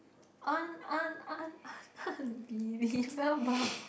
un~ un~ un~ un~ unbelievable